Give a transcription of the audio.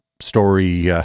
story